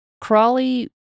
Crawley